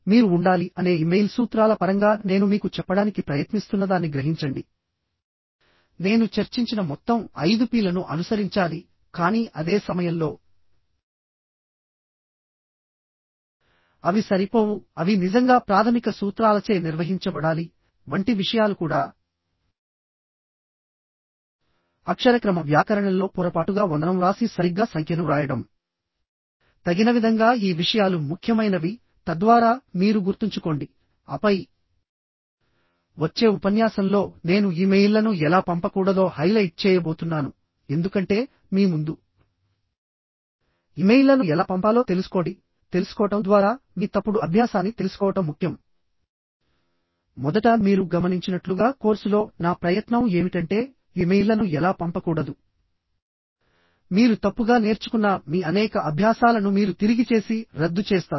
మీరు ఉండాలి అనే ఇమెయిల్ సూత్రాల పరంగా నేను మీకు చెప్పడానికి ప్రయత్నిస్తున్నదాన్ని గ్రహించండి నేను చర్చించిన మొత్తం ఐదు పి లను అనుసరించాలి కానీ అదే సమయంలో అవి సరిపోవు అవి నిజంగా ప్రాథమిక సూత్రాలచే నిర్వహించబడాలి వంటి విషయాలు కూడా అక్షరక్రమ వ్యాకరణంలో పొరపాటుగా వందనం వ్రాసి సరిగ్గా సంఖ్యను వ్రాయడం తగిన విధంగా ఈ విషయాలు ముఖ్యమైనవి తద్వారా మీరు గుర్తుంచుకోండి ఆపై వచ్చే ఉపన్యాసంలో నేను ఇమెయిల్లను ఎలా పంపకూడదో హైలైట్ చేయబోతున్నాను ఎందుకంటే మీ ముందు ఇమెయిల్లను ఎలా పంపాలో తెలుసుకోండి తెలుసుకోవడం ద్వారా మీ తప్పుడు అభ్యాసాన్ని తెలుసుకోవడం ముఖ్యం మొదట మీరు గమనించినట్లుగా కోర్సులో నా ప్రయత్నం ఏమిటంటే ఇమెయిల్లను ఎలా పంపకూడదు మీరు తప్పుగా నేర్చుకున్న మీ అనేక అభ్యాసాలను మీరు తిరిగి చేసి రద్దు చేస్తారు